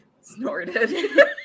snorted